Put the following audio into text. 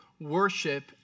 worship